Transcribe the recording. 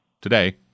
today